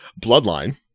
Bloodline